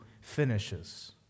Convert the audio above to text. finishes